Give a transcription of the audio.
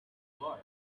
boy